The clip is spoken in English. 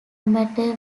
matter